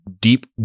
deep